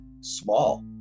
small